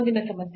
ಮುಂದಿನ ಸಮಸ್ಯೆ